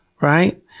right